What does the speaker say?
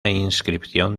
inscripción